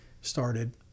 started